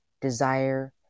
desire